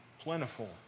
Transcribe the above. plentiful